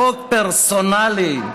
חוק פרסונלי.